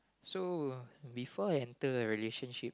so before I enter a relationship